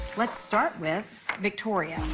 let's start with victoria.